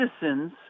citizens